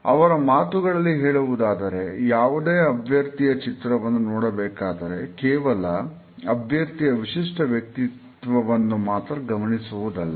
ಅವರ ಮಾತುಗಳಲ್ಲಿ ಹೇಳುವುದಾದರೆ ಯಾವುದೇ ಅಭ್ಯರ್ಥಿಯ ಚಿತ್ರವನ್ನು ನೋಡಬೇಕಾದರೆ ಕೇವಲ ಅಭ್ಯರ್ಥಿಯ ವಿಶಿಷ್ಟ ವ್ಯಕ್ತಿತ್ವವನ್ನು ಮಾತ್ರ ಗಮನಿಸುವುದಿಲ್ಲ